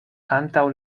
antaŭ